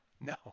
No